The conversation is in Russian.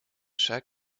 шаг